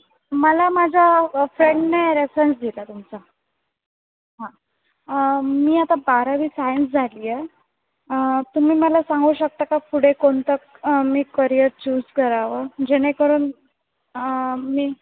मला माझ्या फ्रेंडने रेफरन्स दिला तुमचा हां मी आता बारावी सायन्स झाली आहे तुम्ही मला सांगू शकता का पुढे कोणतं मी करियर चूज करावं जेणेकरून मी